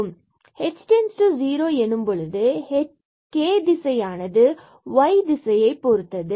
h→0 என எடுக்கும்பொழுது பின்பு k திசையானது y இந்த திசையைப் பொறுத்தது